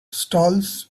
stalls